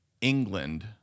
England